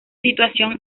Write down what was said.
situación